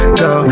go